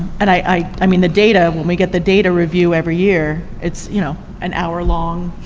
and i i mean, the data, when we get the data review every year, it's you know an hour long,